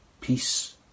peace